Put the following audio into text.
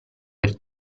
per